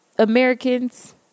Americans